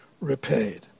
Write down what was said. repaid